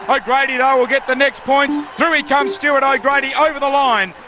ah o'grady though will get the next points. through he comes, stuart o'grady, over the line,